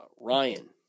Ryan